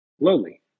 lowly